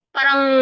Parang